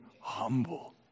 humble